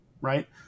right